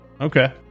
Okay